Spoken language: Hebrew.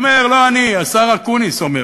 אומר: לא אני, השר אקוניס אומר,